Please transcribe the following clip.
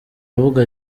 avuga